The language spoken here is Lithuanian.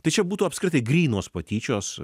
tai čia būtų apskritai grynos patyčios